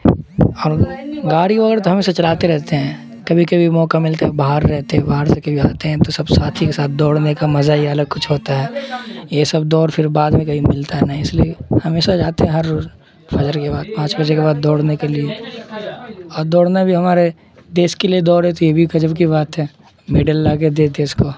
اور گاڑی وغیرہ تو ہمیشہ چلاتے رہتے ہیں کبھی کبھی موقع ملتا ہے باہر رہتے ہیں باہر سے کبھی آتے ہیں تو سب ساتھی کے ساتھ دوڑنے کا مزہ ہی الگ کچھ ہوتا ہے یہ سب دوڑ پھر بعد میں کوئی ملتا نہیں اس لیے ہمیشہ جاتے ہیں ہر فجر کے بعد پانچ بجے کے بعد دوڑنے کے لیے اور دوڑنا بھی ہمارے دیش کے لیے دوڑ رہتی ہے یہ بھی ایک غضب کی بات ہے میڈل لا کے دیں دیس کو